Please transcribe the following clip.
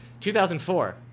2004